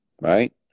Right